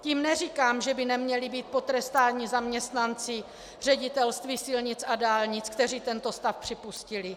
Tím neříkám, že by neměli být potrestáni zaměstnanci Ředitelství silnic a dálnic, kteří tento stav připustili.